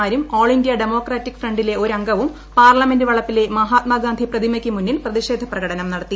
മാരും all India democratic ഫ്രിലെ ഒരംഗവും പാർലമെന്റ് വളപ്പിലെ മഹാത്മാഗാന്ധി പ്രതിമയ്ക്കു മുന്നിൽ പ്രതിഷേധ പ്രകടനം നടത്തി